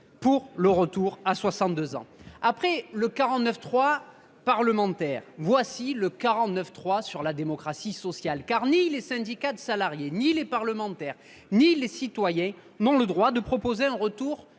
à un retour à 62 ans. Après le 49.3 parlementaire, voici le 49.3 sur la démocratie sociale ! Ni les syndicats de salariés, ni les parlementaires, ni les citoyens n’ont le droit de proposer un retour